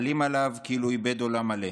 מעלה עליו הכתוב כאילו איבד עולם מלא,